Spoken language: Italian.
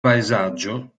paesaggio